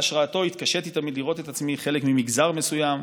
בהשראתו התקשיתי תמיד לראות את עצמי חלק ממגזר מסוים,